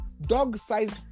dog-sized